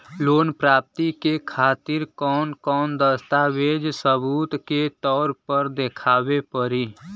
Loan प्राप्ति के खातिर कौन कौन दस्तावेज सबूत के तौर पर देखावे परी?